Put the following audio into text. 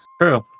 True